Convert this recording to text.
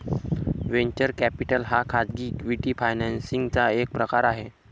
venture capital हा खाजगी equity financing चा एक प्रकार आहे